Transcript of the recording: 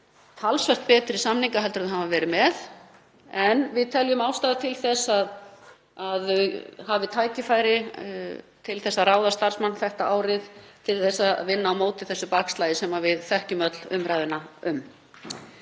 talsvert betri samninga heldur en þau hafa verið með. En við teljum ástæðu til að þau hafi tækifæri til að ráða starfsmann þetta árið til að vinna á móti þessu bakslagi sem við þekkjum öll umræðuna um.